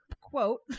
quote